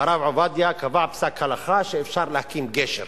והרב עובדיה קבע פסק הלכה שאפשר להקים גשר.